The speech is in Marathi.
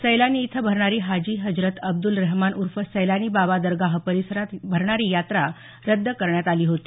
सैलानी इथं भरणारी हाजी हजरत अब्दल रहमान उर्फ सैलानी बाबा दरगाह परिसरात भरणारी यात्रा रद्द करण्यात आली होती